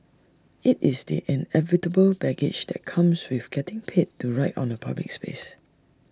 IT is the inevitable baggage that comes with getting paid to write on A public space